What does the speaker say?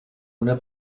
una